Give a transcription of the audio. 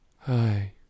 Hi